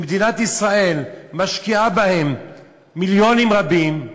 שמדינת ישראל משקיעה בהם מיליונים רבים,